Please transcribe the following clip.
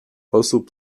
osób